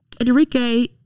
Enrique